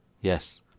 Yes